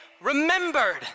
remembered